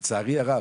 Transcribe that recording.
לצערי הרב,